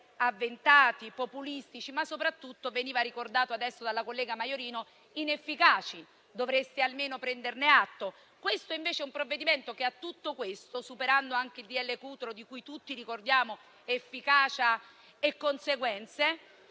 avventati, populistici, ma soprattutto - come veniva ricordato adesso dalla collega Maiorino - inefficaci: dovreste almeno prenderne atto. Questo invece è un provvedimento che, superando anche il decreto Cutro di cui tutti ricordiamo efficacia e conseguenze,